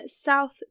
South